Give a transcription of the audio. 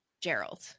Gerald